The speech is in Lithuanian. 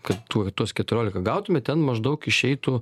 kad tuoj tuos keturiolika gautume ten maždaug išeitų